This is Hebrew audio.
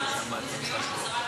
במגזר הציבורי זה מיום החזרה לעבודה.